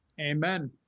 Amen